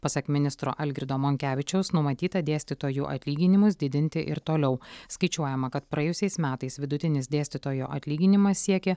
pasak ministro algirdo monkevičiaus numatyta dėstytojų atlyginimus didinti ir toliau skaičiuojama kad praėjusiais metais vidutinis dėstytojo atlyginimas siekė